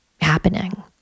happening